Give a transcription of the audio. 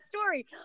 story